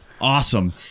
Awesome